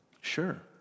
Sure